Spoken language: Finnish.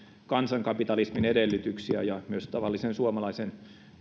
kansankapitalismin edellytyksiä ja myös tavallisen suomalaisen